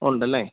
ഉണ്ടല്ലേ